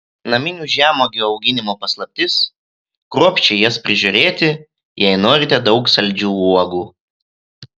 naminių žemuogių auginimo paslaptis kruopščiai jas prižiūrėti jei norite daug saldžių uogų